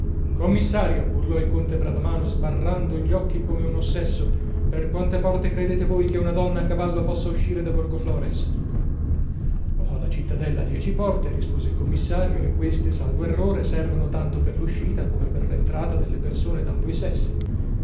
commissario urlò il conte bradamano sbarrando gli occhi come un ossesso per quante porte credete voi che una donna a cavallo possa uscire da borgoflores la cittadella ha dieci porte rispose il commissario e queste salvo errore servono tanto per l'uscita come per l'entrata delle persone d'ambo i sessi